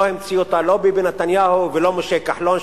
לא המציא אותה לא ביבי נתניהו ולא משה כחלון,